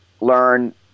learn